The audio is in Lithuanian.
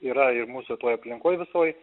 yra ir mūsų toj aplinkoj visoj